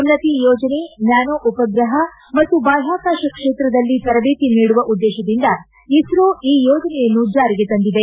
ಉನ್ನತಿ ಯೋಜನೆ ನ್ಯಾನೋ ಉಪ್ರಹ ಮತ್ತು ಬಾಹ್ಕಾಕಾಶ ಕ್ಷೇತ್ರದಲ್ಲಿ ತರಬೇತಿ ನೀಡುವ ಉದ್ದೇಶದಿಂದ ಇಸ್ತೋ ಈ ಯೋಜನೆಯನ್ನು ಜಾರಿಗೆ ತಂದಿದೆ